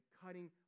cutting